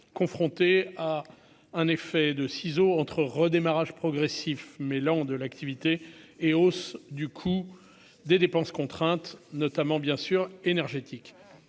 confronté à un effet de ciseau entre redémarrage progressif mais l'de l'activité et hausse du coût des dépenses contraintes notamment bien sûr énergétique